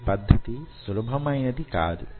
ఈ పద్ధతి సులభమైనది కాదు